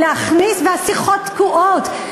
והשיחות תקועות,